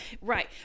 Right